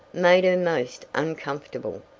made her most uncomfortable.